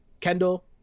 Kendall